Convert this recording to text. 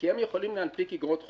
כי הם יכולים להנפיק אגרות חוב,